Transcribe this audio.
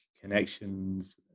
connections